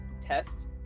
test